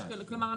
כלומר,